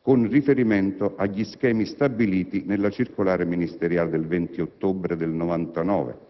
con riferimento agli schemi stabiliti nella circolare ministeriale del 20 ottobre 1999,